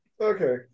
Okay